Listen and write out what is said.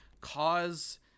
cause